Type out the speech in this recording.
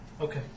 Okay